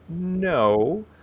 No